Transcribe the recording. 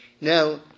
Now